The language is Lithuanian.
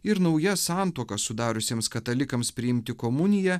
ir nauja santuoka sudariusiems katalikams priimti komuniją